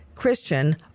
Christian